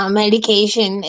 medication